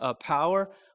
power